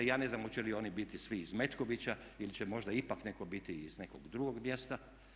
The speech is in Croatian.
Ja ne znam hoće li oni biti svi iz Metkovića ili će možda ipak netko biti i iz nekog drugog mjesta.